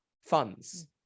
funds